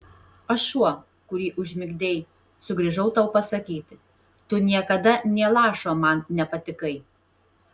aš šuo kurį užmigdei sugrįžau tau pasakyti tu niekada nė lašo man nepatikai